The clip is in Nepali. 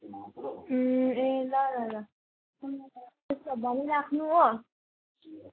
ए ल ल ल भनिराख्नु हो